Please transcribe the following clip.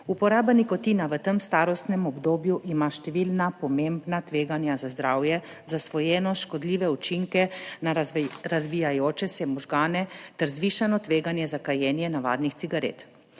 Uporaba nikotina v tem starostnem obdobju ima številna pomembna tveganja za zdravje, zasvojenost, škodljive učinke na razvijajoče se možgane ter zvišano tveganje za kajenje navadnih cigaret.